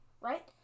right